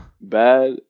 Bad